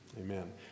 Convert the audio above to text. Amen